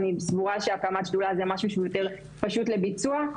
אני סבורה שהקמת שדולה זה משהו שהוא יותר פשוט לביצוע.